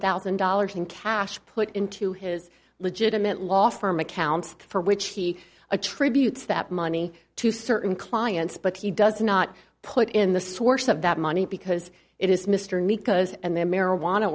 thousand dollars in cash put into his legitimate law firm accounts for which he attributes that money to certain clients but he does not put in the source of that money because it is mr nikos and then marijuana